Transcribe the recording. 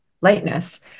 lightness